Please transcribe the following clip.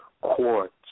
Quartz